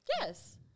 Yes